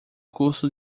curso